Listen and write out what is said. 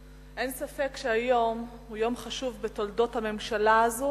אין ספק שהיום הוא יום חשוב בתולדות הממשלה הזאת